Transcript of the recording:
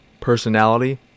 personality